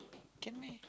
can meh